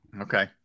Okay